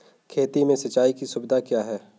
खेती में सिंचाई की सुविधा क्या है?